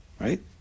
Right